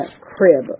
crib